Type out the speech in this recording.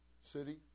city